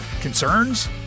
Concerns